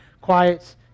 quiets